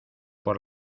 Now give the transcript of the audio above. por